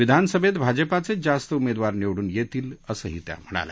विधान सभेत भाजपाचेच जास्त उमेदवार निवडून येतील असंही त्या म्हणाल्या